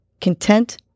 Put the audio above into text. content